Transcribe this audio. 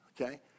Okay